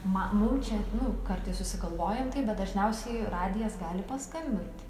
ma mum čia nu kartais susigalvojam taip bet dažniausiai radijas gali paskambint